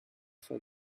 for